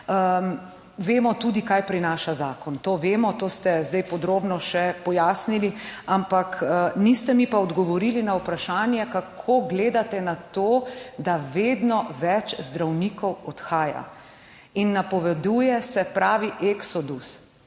Vemo tudi, kaj prinaša zakon. To vemo, to ste zdaj podrobno še pojasnili. Niste mi pa odgovorili na vprašanje, kako gledate na to, da vedno več zdravnikov odhaja in napoveduje eksodus.